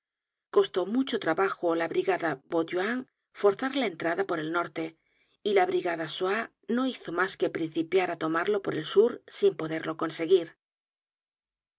costó mucho trabajo á la brigada bauduin forzar la entrada por el norte y la brigada soye no hizo mas que principiar á tomarlo por el sur sin poderlo conseguir